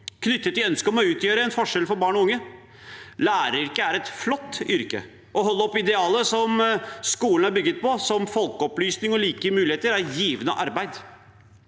knyttet til ønsket om å utgjøre en forskjell for barn og unge. Læreryrket er et flott yrke. Å holde opp idealer som skolen er bygget på, som folkeopplysning og like muligheter, er givende arbeid.